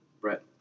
Brett